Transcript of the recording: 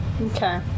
Okay